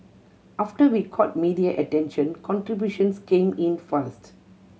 after we caught media attention contributions came in fast